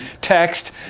text